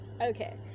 okay